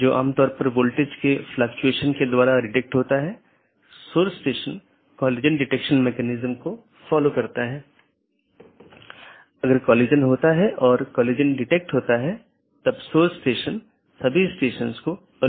दो जोड़े के बीच टीसीपी सत्र की स्थापना करते समय BGP सत्र की स्थापना से पहले डिवाइस पुष्टि करता है कि BGP डिवाइस रूटिंग की जानकारी प्रत्येक सहकर्मी में उपलब्ध है या नहीं